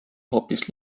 hoopis